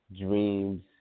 dreams